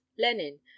lenin